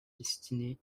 destiné